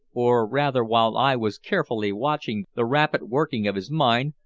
or rather while i was carefully watching the rapid working of his mind,